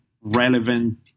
relevant